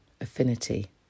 affinity